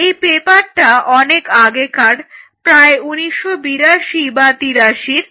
এই পেপারটা অনেক আগেকার প্রায় 1982 বা 83 র